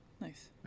Nice